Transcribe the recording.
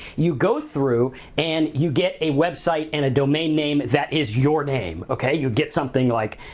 you go through and you get a website and a domain name that is your name, okay? you get something like,